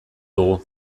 dugu